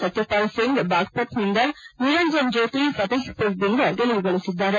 ಸತ್ನಪಾಲ್ಸಿಂಗ್ ಬಾಗ್ಪಥ್ನಿಂದ ನಿರಂಜನ್ ಜ್ಯೋತಿ ಫತೇಷ್ಮರ್ದಿಂದ ಗೆಲುವುಗಳಿಸಿದ್ದಾರೆ